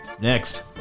next